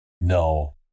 No